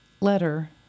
letter